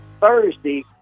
Thursday